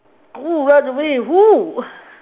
oh run away with who